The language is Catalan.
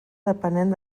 depenent